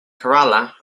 kerala